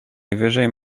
najwyżej